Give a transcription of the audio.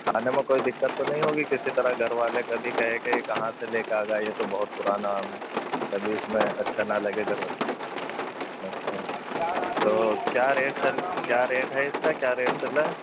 کھانے میں کوئی دقت تو نہیں ہوگی کسی طرح گھر والے کبھی کہیں کہ یہ کہاں سے لے کے آ گئے یہ تو بہت پرانا آم ہے کبھی اس میں اچھا نہ لگے اچھا تو کیا ریٹ چل کیا ریٹ ہے اس کا کیا ریٹ چل رہا ہے